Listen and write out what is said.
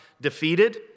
defeated